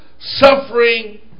Suffering